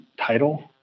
title